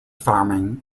farming